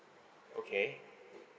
okay